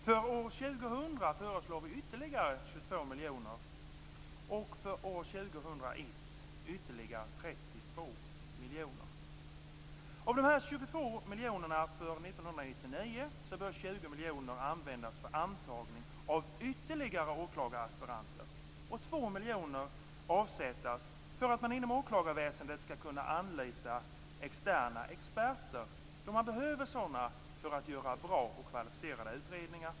För år 2000 föreslår vi ytterligare 22 miljoner kronor, och för år 2001 ytterligare 32 miljoner. Av de 22 miljonerna för år 1999 bör 20 miljoner användas till antagning av ytterligare åklagaraspiranter och 2 miljoner kronor avsättas för att man inom åklagarväsendet skall kunna anlita externa experter då sådana behövs för att göra bra och kvalificerade utredningar.